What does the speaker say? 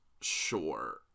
Sure